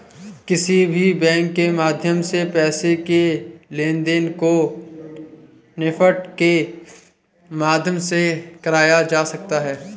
किसी भी बैंक के माध्यम से पैसे के लेनदेन को नेफ्ट के माध्यम से कराया जा सकता है